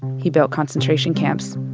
he built concentration camps.